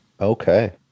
Okay